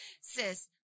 Sis